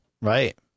Right